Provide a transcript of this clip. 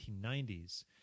1990s